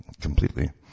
completely